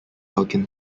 elgin